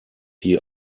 die